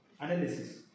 analysis